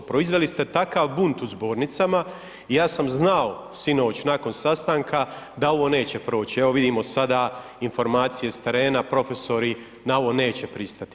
Proizveli ste takav bunt u zbornicama i ja sam znao sinoć nakon sastanka da ovo neće proći, evo vidimo sada informacije s terena profesori na ovo neće pristati.